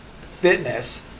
fitness